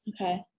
okay